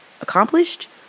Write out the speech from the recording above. accomplished